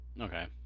Okay